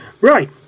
Right